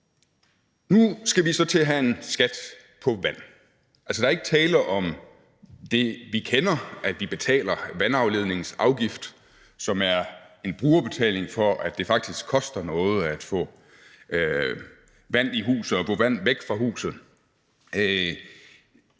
Nu skal vi så til at have en skat på vand. Altså, der er ikke tale om det, vi kender, nemlig at vi betaler vandafledningsafgift, som er en brugerbetaling, fordi det faktisk koster noget at få vand i huset og få vand væk fra huset.